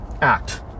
act